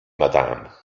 madam